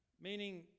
Meaning